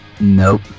Nope